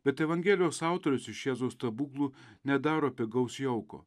bet evangelijos autorius iš jėzaus stebuklų nedaro pigaus jauko